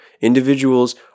individuals